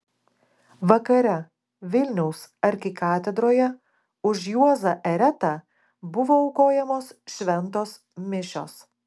vakare vilniaus arkikatedroje už juozą eretą buvo aukojamos šventos mišios